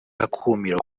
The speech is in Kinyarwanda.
akumiro